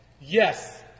yes